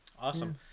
Awesome